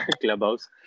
Clubhouse